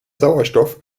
sauerstoff